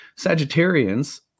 Sagittarians